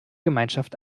gemeinschaft